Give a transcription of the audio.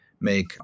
make